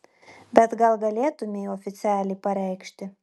bet gal galėtumei oficialiai pareikšti